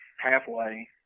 halfway